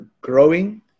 growing